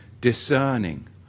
discerning